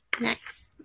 Next